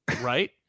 right